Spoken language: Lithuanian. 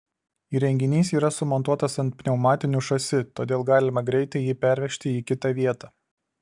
įrenginys yra sumontuotas ant pneumatinių šasi todėl galima greitai jį pervežti į kitą vietą